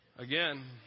Again